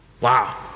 Wow